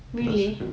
really